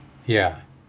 ya